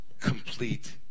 complete